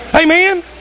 Amen